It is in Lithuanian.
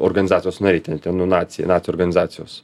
organizacijos nariai ten tie nu naciai nacių organizacijos